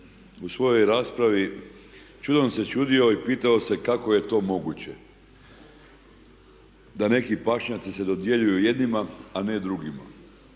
u svojoj raspravi čudom se čudio i pitao se kako je to moguće da neki pašnjaci se dodjeljuju jednima, a ne drugima?